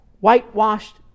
whitewashed